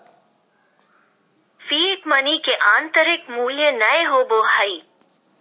fiat money के आंतरिक मूल्य नय होबो हइ